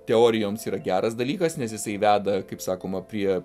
teorijoms yra geras dalykas nes jisai veda kaip sakoma prie